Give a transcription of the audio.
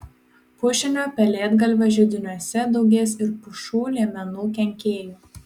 pušinio pelėdgalvio židiniuose daugės ir pušų liemenų kenkėjų